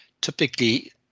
Typically